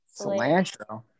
Cilantro